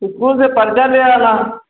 school से पर्चा ले आना